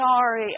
sorry